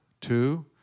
two